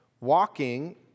Walking